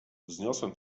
wzniosłem